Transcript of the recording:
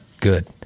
good